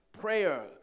Prayer